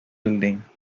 building